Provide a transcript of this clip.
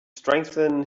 strengthen